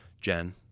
Jen